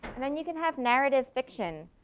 and then you can have narrative fiction.